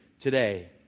today